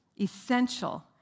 essential